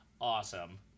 awesome